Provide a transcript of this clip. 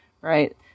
right